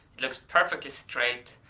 it looks perfectly straight,